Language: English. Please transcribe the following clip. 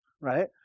Right